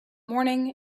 morning